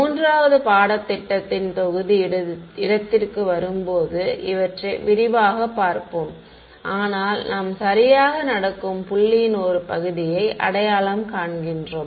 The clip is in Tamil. மூன்றாவது பாடத்திட்டத்தின் தொகுதி இடத்திற்கு வரும்போது இவற்றை விரிவாகப் பார்ப்போம் ஆனால் நாம் சரியாக நடக்கும் புள்ளியின் ஒரு பகுதியை அடையாளம் காண்கின்றோம்